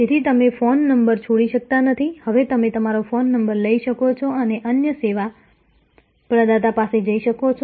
તેથી તમે phone number છોડી શકતા નથી હવે તમે તમારો ફોન નંબર લઈ શકો છો અને અન્ય સેવા પ્રદાતા પાસે જઈ શકો છો